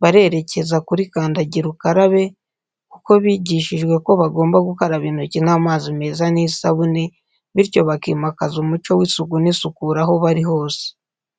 barerekeza kuri kandagira ukarabe kuko bigishijwe ko bagomba gukaraba intoki n'amazi meza n'isabune, bityo bakimakaza umuco w'isuku n'isukura aho bari hose.